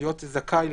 להיות זכאי לכספים.